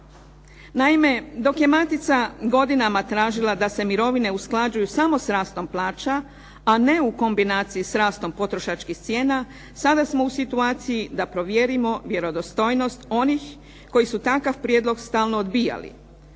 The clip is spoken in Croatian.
Naime, dok je matica godinama tražila da se mirovine usklađuju samo sa rastom plaća, a ne u kombinaciji s rastom potrošačkih cijena sada smo u situaciji da provjerimo vjerodostojnost onih koji su takav prijedlog stalno odbijali.